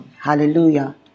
Hallelujah